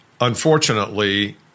unfortunately